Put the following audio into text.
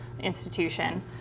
institution